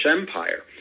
Empire